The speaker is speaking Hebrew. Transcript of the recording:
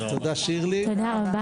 ישיבה זאת נעולה.